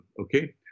okay